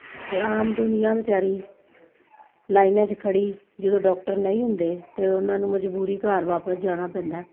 ਆਮ ਦੁਨੀਆਂ ਵਿਚਾਰੀ ਲਾਈਨਾਂ 'ਚ ਖੜ੍ਹੀ ਜਦੋਂ ਡਾਕਟਰ ਨਹੀਂ ਹੁੰਦੇ ਤਾਂ ਉਹਨਾਂ ਨੂੰ ਮਜ਼ਬੂਰੀ ਘਰ ਵਾਪਸ ਜਾਣਾ ਪੈਂਦਾ